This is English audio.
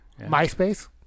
MySpace